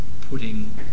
putting